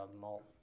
malt